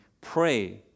Pray